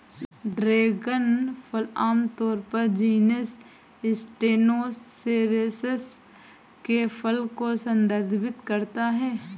dragon फल आमतौर पर जीनस स्टेनोसेरेस के फल को संदर्भित करता है